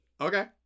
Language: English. Okay